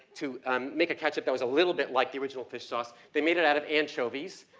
to um make a ketchup that was a little bit like the original fish sauce. they made it out of anchovies,